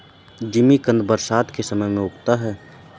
जिमीकंद बरसात के समय में उगता है